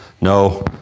no